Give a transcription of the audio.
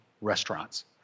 restaurants